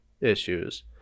issues